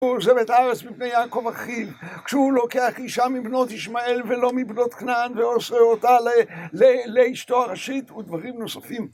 הוא עוזב את הארץ מפני יעקב אחיו כשהוא לוקח אישה מבנות ישמעאל ולא מבנות כנען ועושה אותה לאשתו הראשית ודברים נוספים